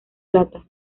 plata